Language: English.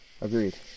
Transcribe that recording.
Agreed